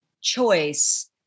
choice